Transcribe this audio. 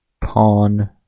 Pawn